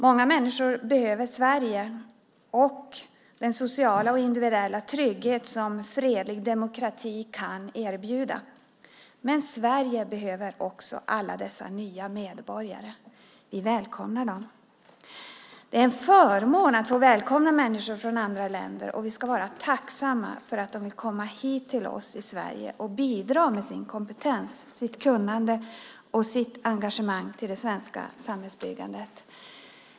Många människor behöver Sverige och den sociala och individuella trygghet som fredlig demokrati kan erbjuda. Men Sverige behöver också alla dessa nya medborgare. Vi välkomnar dem. Det är en förmån att få välkomna människor från andra länder. Vi ska vara tacksamma att de vill komma hit till oss i Sverige och bidra med sin kompetens, sitt kunnande och sitt engagemang till det svenska samhällsbygget.